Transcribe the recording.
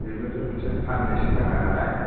बेबोथ' मोनसे पान्डनिसो थाखा नालाय